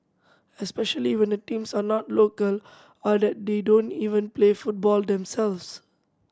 especially when the teams are not local or that they don't even play football themselves